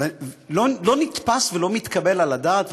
לא נתפס, ולא מתקבל על הדעת.